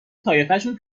طایفشون